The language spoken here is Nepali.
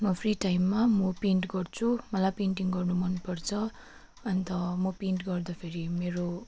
म फ्री टाइममा मो पेन्ट गर्छु मलाई पेन्टिङ गर्नु मनपर्छ अन्त म पेन्ट गर्दाफेरि मेरो अब